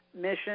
mission